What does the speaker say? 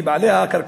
מי בעלי הקרקעות,